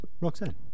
Roxanne